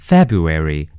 February